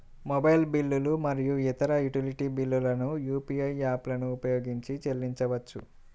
mobile బిల్లులు మరియు ఇతర యుటిలిటీ బిల్లులను యూ.పీ.ఐ యాప్లను ఉపయోగించి చెల్లించవచ్చు